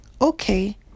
okay